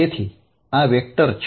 તેથી આ વેક્ટર છે